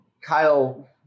Kyle